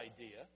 idea